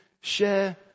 share